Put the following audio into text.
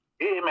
Amen